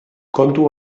kontu